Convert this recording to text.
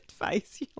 face